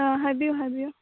ꯑꯥ ꯍꯥꯏꯕꯤꯎ ꯍꯥꯏꯕꯤꯎ